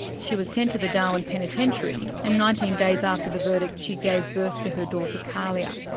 she was sent to the darwin penitentiary and nineteen days after the verdict, she gave birth to her daughter kahlia,